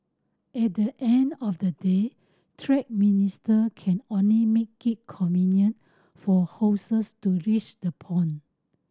at the end of the day trade minister can only make it convenient for horses to reach the pond